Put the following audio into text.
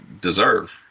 deserve